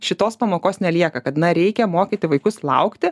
šitos pamokos nelieka kad na reikia mokyti vaikus laukti